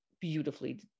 beautifully